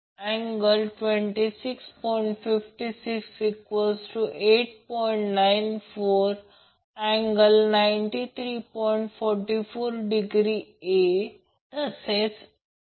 समजा phase a मध्ये मी करंट कॉइल ठेवली आहे ज्यामधून करंट Ia वाहतो आणि फेजर कॉइल जे CV आहे ते इतर दोन फेजसोबत जोडले गेले आहे ज्याला b आणि c म्हणतात